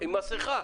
עם מסיכה.